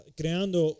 creando